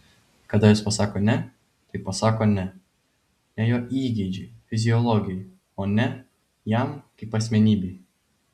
kada jos pasako ne tai pasako ne ne jo įgeidžiui fiziologijai o ne jam kaip asmenybei